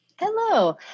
Hello